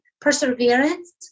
perseverance